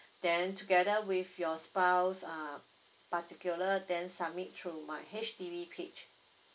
then together with your spouse uh particular then submit through my H_D_B page